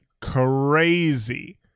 crazy